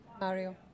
Mario